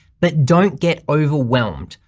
but don't get overwhelmed.